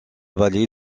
vallée